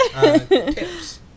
Tips